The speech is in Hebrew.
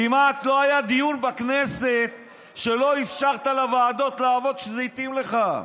כמעט לא היה דיון בכנסת שלא אפשרת לוועדות לעבוד בו כשזה התאים לך.